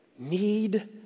Need